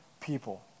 people